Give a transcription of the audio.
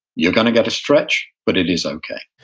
you're going to get a stretch, but it is okay.